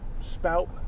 spout